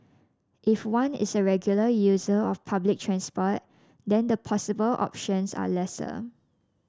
if one is a regular user of public transport then the possible options are lesser